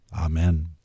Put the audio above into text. Amen